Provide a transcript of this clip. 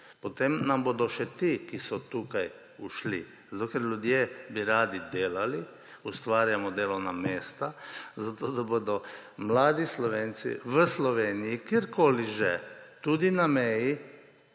potem nam bodo še ti, ki so tukaj, ušli. Zato ker ljudje bi radi delali, ustvarjamo delovna mesta, zato da bodo mladi Slovenci v Sloveniji, kjerkoli že, tudi na meji,